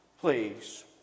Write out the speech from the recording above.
Please